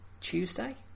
Tuesday